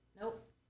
Nope